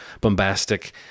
bombastic